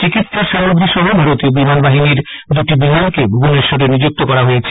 চিকিৎসার সামগ্রী সহ ভারতীয় বিমান বাহিনীর দুটি বিমানকে ভুবনেশ্বরে নিযুক্ত করা হয়েছে